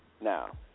now